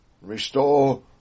Restore